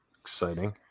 exciting